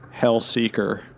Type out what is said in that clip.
Hellseeker